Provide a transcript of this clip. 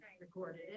recorded